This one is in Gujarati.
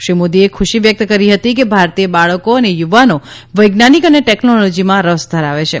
શ્રી મોદીએ ખુશી વ્યક્ત કરી હતી કે ભારતીય બાળકો અને યુવાનો વૈજ્ઞાનિક અને ટેકનોલોજીમાં રસ ધરાવે છે